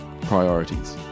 priorities